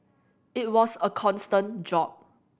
it was a constant job